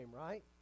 right